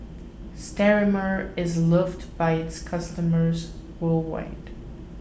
Sterimar is loved by its customers worldwide